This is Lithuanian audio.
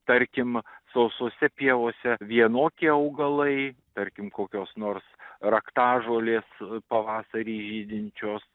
tarkim sausose pievose vienokie augalai tarkim kokios nors raktažolės pavasarį žydinčios